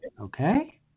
okay